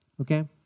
Okay